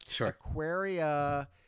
Aquaria